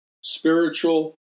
spiritual